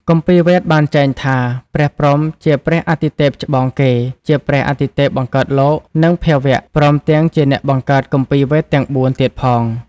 គម្ពីរវេទបានចែងថា ព្រះព្រហ្មជាព្រះអាទិទេពច្បងគេ ជាព្រះអាទិទេពបង្កើតលោក និងភាវៈ ព្រមទាំងជាអ្នកបង្កើតគម្ពីរវេទទាំង៤ ទៀតផង។